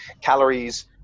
calories